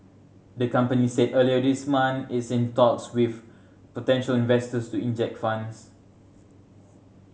the company said earlier this month it's in talks with potential investors to inject funds